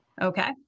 Okay